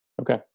Okay